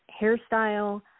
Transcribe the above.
hairstyle